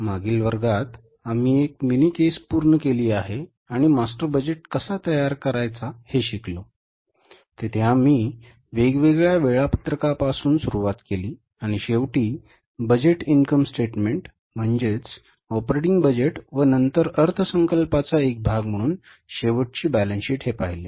मागील वर्गात आम्ही एक मिनी केस पूर्ण केली आहे आणि मास्टर बजेट कसा तयार करायचा हे शिकलो तिथे आम्ही वेगवेगळ्या वेळापत्रका पासून सुरुवात केली आणि शेवटी बजेट इन्कम स्टेटमेंट म्हणजेच ऑपरेटिंग बजेट व नंतर अर्थसंकल्पाचा एक भाग म्हणून शेवटची बॅलन्स शीट हे पाहिले